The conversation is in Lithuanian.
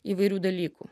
įvairių dalykų